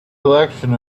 collection